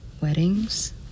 Weddings